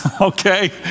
okay